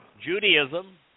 Judaism